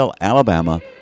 Alabama